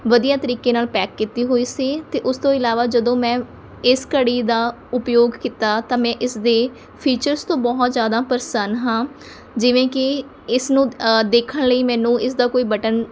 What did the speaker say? ਵਧੀਆ ਤਰੀਕੇ ਨਾਲ਼ ਪੈਕ ਕੀਤੀ ਹੋਈ ਸੀ ਅਤੇ ਉਸ ਤੋਂ ਇਲਾਵਾ ਜਦੋਂ ਮੈਂ ਇਸ ਘੜੀ ਦਾ ਉਪਯੋਗ ਕੀਤਾ ਤਾਂ ਮੈਂ ਇਸਦੇ ਫੀਚਰਜ਼ ਤੋਂ ਬਹੁਤ ਜ਼ਿਆਦਾ ਪ੍ਰਸੰਨ ਹਾਂ ਜਿਵੇਂ ਕਿ ਇਸ ਨੂੰ ਦੇਖਣ ਲਈ ਮੈਨੂੰ ਇਸਦਾ ਕੋਈ ਬਟਨ